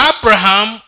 Abraham